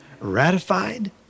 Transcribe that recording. ratified